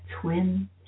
twin